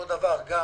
אותו דבר גם